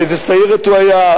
באיזו סיירת הוא היה,